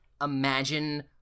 Imagine